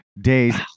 days